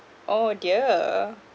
oh dear